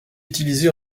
utilisé